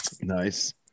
Nice